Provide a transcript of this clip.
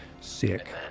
sick